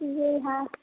जी हँ